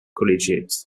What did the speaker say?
collegiate